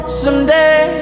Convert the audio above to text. someday